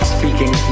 Speaking